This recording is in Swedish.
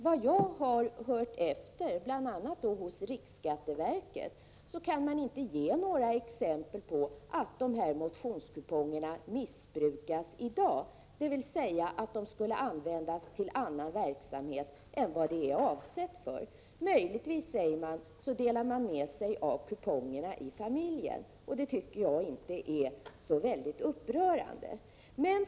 När jag har hört efter, bl.a. hos riksskatteverket, har man inte kunnat ge några exempel på att dessa motionskuponger missbrukas i dag, dvs. att de skulle användas till annan verksamhet än vad de är avsedda för. Möjligtvis, säger man, delar folk med sig av kupongerna i familjen, och det tycker jag inte är så väldigt upprörande.